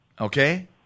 Okay